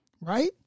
right